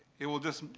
it will just,